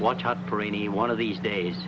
watch out for any one of these days